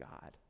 God